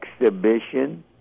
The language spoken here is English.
exhibition